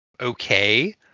okay